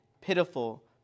pitiful